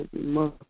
mother